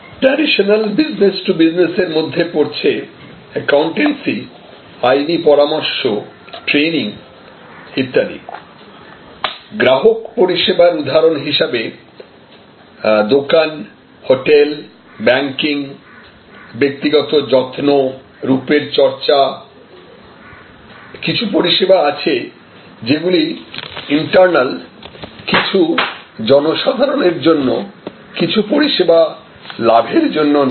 traditional business to business এর মধ্যে পড়ছে একাউন্টান্সি আইনি পরামর্শ ট্রেনিং ইত্যাদি গ্রাহক পরিষেবার উদাহরণ হিসেবে দোকান হোটেল ব্যাংকিং ব্যক্তিগত যত্নরূপের চর্চা কিছু পরিষেবা আছে যেগুলি ইন্টারনাল কিছু জনসাধারণের জন্য কিছু পরিষেবা লাভের জন্য নয়